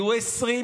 יהיו 20,